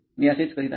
मी असेच करीत आहे